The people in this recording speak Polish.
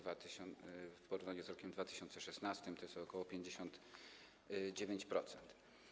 W porównaniu z rokiem 2016 to jest ok. 59%.